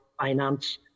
finance